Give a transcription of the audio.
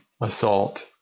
assault